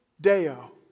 Deo